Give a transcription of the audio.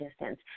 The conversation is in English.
distance